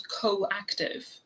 co-active